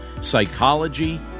psychology